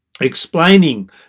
explaining